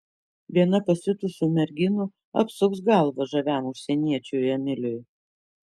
viena pasiutusių merginų apsuks galvą žaviam užsieniečiui emiliui